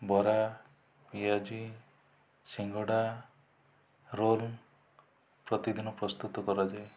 ବରା ପିଆଜି ଶିଙ୍ଗଡ଼ା ରୋଲ ପ୍ରତିଦିନ ପ୍ରସ୍ତୁତ କରାଯାଏ